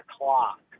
o'clock